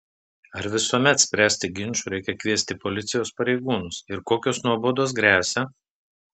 ar visuomet spręsti ginčų reikia kviesti policijos pareigūnus ir kokios nuobaudos gresia